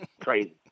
Crazy